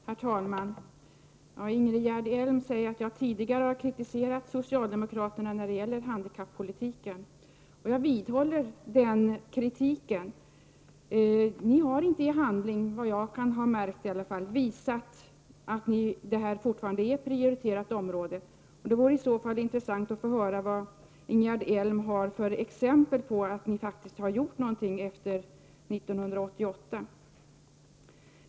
Herr talman! Ingegerd Elm säger att jag tidigare har kritiserat socialdemokraterna när det gäller handikappolitiken, och jag vidhåller den kritiken. Ni har inte i handling visat att detta fortfarande är ett prioriterat område. Det vore intressant att få höra vilka exempel Ingegerd Elm har på att ni har gjort någonting efter 1988.